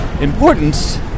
importance